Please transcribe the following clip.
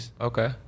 Okay